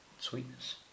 Sweetness